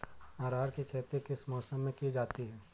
अरहर की खेती किस मौसम में की जाती है?